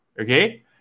Okay